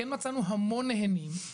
כן מצאנו המון נהנים.